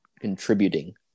contributing